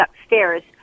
upstairs